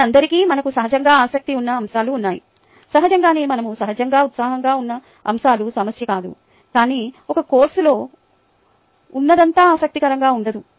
మనందరికీ మనకు సహజంగా ఆసక్తి ఉన్న అంశాలు ఉన్నాయి సహజంగానే మనం సహజంగా ఉత్సాహంగా ఉన్న అంశాలు సమస్య కాదు కానీ ఒక కోర్సులో ఉన్నదంతా ఆసక్తికరంగా ఉండదు